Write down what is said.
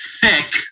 thick